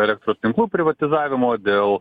elektros tinklų privatizavimo dėl